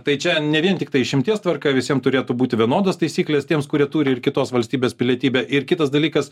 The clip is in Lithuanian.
tai čia ne vien tiktai išimties tvarka visiems turėtų būti vienodos taisyklės tiems kurie turi ir kitos valstybės pilietybę ir kitas dalykas